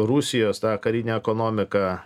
rusijos tą karinę ekonomiką